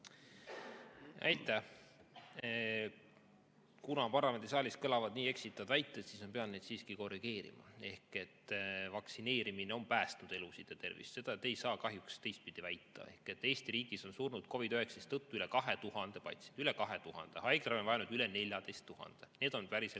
Aitäh! Kuna parlamendisaalis kõlavad nii eksitavad väited, siis ma pean neid siiski korrigeerima. Vaktsineerimine on päästnud elusid ja tervist, seda ei saa kahjuks teistpidi väita. Eesti riigis on surnud COVID‑19 tõttu üle 2000 patsiendi. Üle 2000! Haiglaravi on vajanud üle 14 000. Need on päriselu